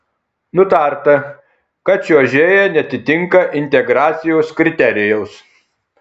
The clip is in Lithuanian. nutarta kad čiuožėja neatitinka integracijos kriterijaus